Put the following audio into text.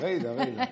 ריידא, ריידא.